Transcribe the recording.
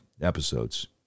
episodes